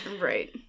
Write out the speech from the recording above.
Right